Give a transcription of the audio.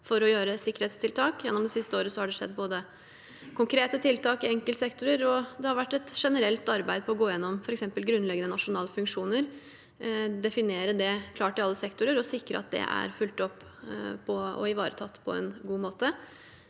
for å gjøre sikkerhetstiltak. Gjennom det siste året har det vært både konkrete tiltak i enkeltsektorer og et generelt arbeid med å gå gjennom f.eks. grunnleggende nasjonale funksjoner – definere det klart i alle sektorer og sikre at det er fulgt opp og ivaretatt på en god måte.